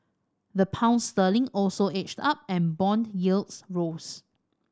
the Pound sterling also edged up and bond yields rose